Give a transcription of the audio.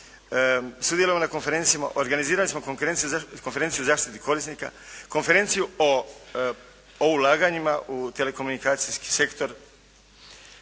Sudjelovanje na konferencijama, organizirali smo konferenciju o zaštiti korisnika, konferenciju o ulaganjima u telekomunikacijski sektor,